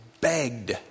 begged